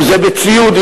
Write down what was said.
אם בציוד,